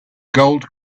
gold